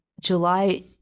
July